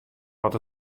wat